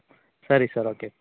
ಸರಿ sir okay